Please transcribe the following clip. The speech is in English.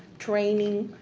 training,